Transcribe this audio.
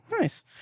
Nice